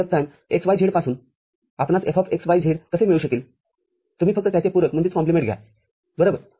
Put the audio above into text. तर F prime x y z पासून आपणास Fx y zकसे मिळू शकेलतुम्ही फक्त त्याचे पूरकघ्या बरोबर